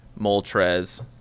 Moltres